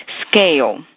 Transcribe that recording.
scale